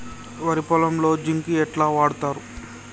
వరి పొలంలో జింక్ ఎట్లా వాడుతరు?